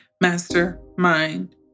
mastermind